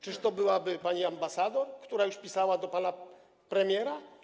Czyżby to była pani ambasador, która już pisała do pana premiera?